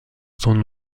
son